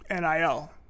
nil